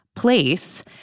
Place